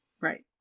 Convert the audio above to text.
Right